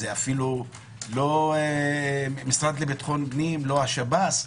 זה אפילו לא המשרד לביטחון פנים, אפילו לא השב"ס.